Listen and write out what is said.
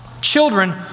Children